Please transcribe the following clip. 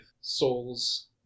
souls